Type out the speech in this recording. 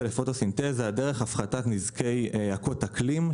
לפוטוסינתזה; דרך הפחתת נזקי עקות אקלים,